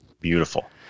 Beautiful